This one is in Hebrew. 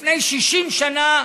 לפני 60 שנה,